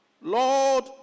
Lord